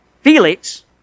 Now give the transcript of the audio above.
Felix